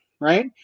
right